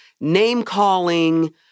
name-calling—